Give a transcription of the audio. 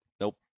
Nope